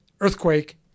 earthquake